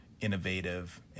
innovative